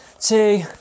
two